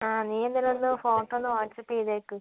ആ നീ എന്തായാലും ഒന്ന് ഫോട്ടോ ഒന്ന് വാട്ട്സ്ആപ്പ് ചെയ്തേക്ക്